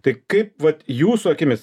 tai kaip vat jūsų akimis